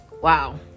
wow